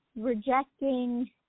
rejecting